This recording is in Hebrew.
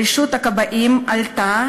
רשות הכבאות העלתה